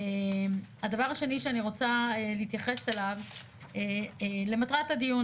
הדבר השני שאני רוצה להתייחס אליו למטרת הדיון,